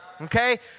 Okay